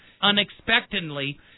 unexpectedly